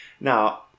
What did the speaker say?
Now